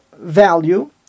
value